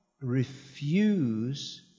refuse